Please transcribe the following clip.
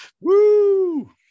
Woo